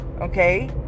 okay